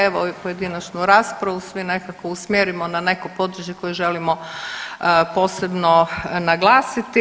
Evo pojedinačnu raspravu svi nekako usmjerimo na neko područje koje želimo posebno naglasiti.